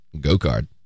go-card